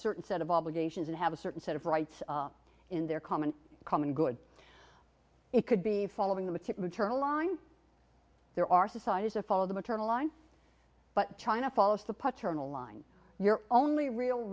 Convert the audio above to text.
certain set of obligations and have a certain set of rights in their common common good it could be following the particular turn along there are societies to follow the maternal line but china follows the paternal line your only real